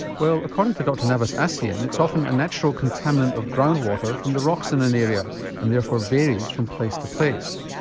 well according to dr navas-acien, it's often a natural contaminant of ground water from the rocks in an area and therefore varies from place to place.